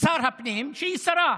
בשר הפנים, שהיא שרה.